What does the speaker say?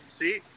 See